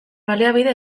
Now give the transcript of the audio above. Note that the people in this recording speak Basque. baliabide